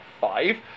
five